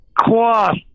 cloth